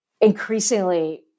increasingly